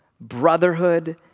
brotherhood